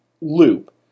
loop